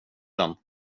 den